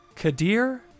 Kadir